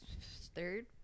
third